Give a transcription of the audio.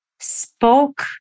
spoke